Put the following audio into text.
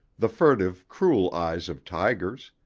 the furtive, cruel eyes of tigers.